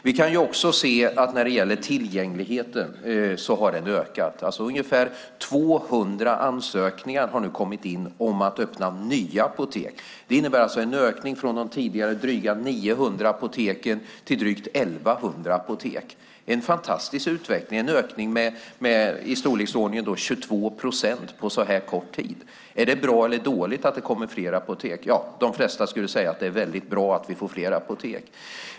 Vi kan också se att tillgängligheten har ökat. Det har nu kommit in ungefär 200 ansökningar om att öppna apotek. Det innebär en ökning från de tidigare dryga 900 apoteken till 1 100 apotek. Det är en fantastisk utveckling med en ökning med i storleksordningen 22 procent på kort tid. Är det bra eller dåligt att det kommer fler apotek? De flesta skulle säga att det är väldigt bra att vi får fler apotek.